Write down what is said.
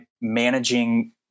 managing